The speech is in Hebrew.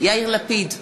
יאיר לפיד,